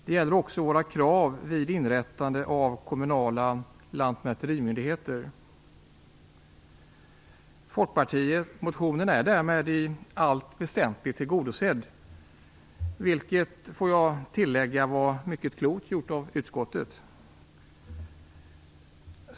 Det gäller också våra krav vid inrättande av kommunala lantmäterimyndigheter. Utskottet har därmed i allt väsentligt tillgodosett folkpartimotionens krav, vilket var mycket klokt gjort av utskottet, får jag tillägga.